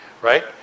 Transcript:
right